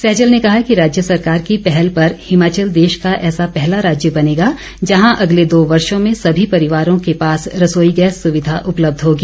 सहजल ने कहा कि राज्य सरकार की पहल पर हिमाचल देश का ऐसा पहला राज्य बनेगा जहां अगले दो वर्षो में सभी परिवारों के पास रसोई गैस सुविधा उपलब्ध होगी